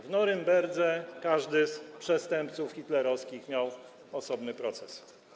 W Norymberdze każdy z przestępców hitlerowskich miał osobny proces.